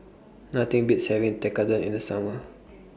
Nothing Beats having Tekkadon in The Summer